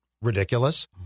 ridiculous